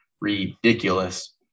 ridiculous